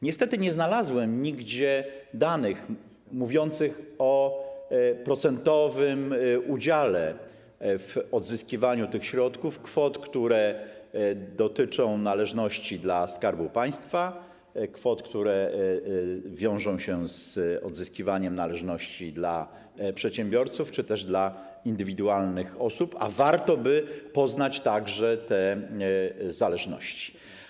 Niestety nie znalazłem nigdzie danych mówiących o procentowym udziale w odzyskiwaniu tych środków, kwot, które dotyczą należności dla Skarbu Państwa, kwot, które wiążą się z odzyskiwaniem należności dla przedsiębiorców czy też dla indywidualnych osób, a warto by poznać także te zależności.